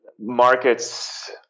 markets